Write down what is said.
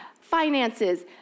finances